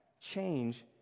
change